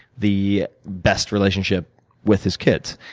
the best relationship with his kids.